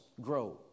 grow